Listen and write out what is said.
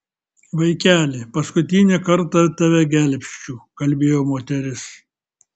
vaikeli paskutinį kartą tave gelbsčiu kalbėjo moteris